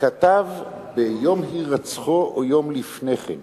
כתב ביום הירצחו, או יום לפני כן,